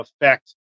affect